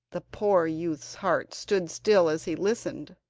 the poor youth's heart stood still as he listened.